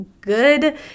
good